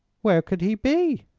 where could he be?